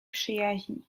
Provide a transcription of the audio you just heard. przyjaźni